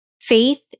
faith